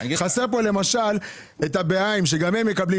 חסר פה למשל את הבע"מים שגם הם מקבלים